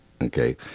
Okay